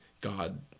God